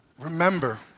Remember